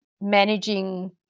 managing